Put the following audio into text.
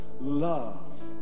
love